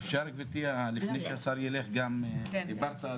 אדוני השר, דיברת על